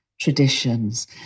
traditions